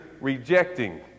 rejecting